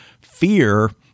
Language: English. fear